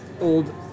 old